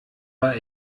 war